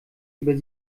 über